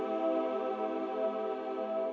ah